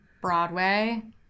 Broadway